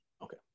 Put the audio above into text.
okay